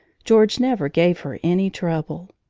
george never gave her any trouble.